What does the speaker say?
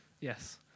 yes